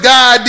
God